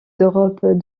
d’europe